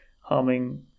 harming